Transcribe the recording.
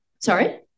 Sorry